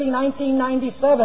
1997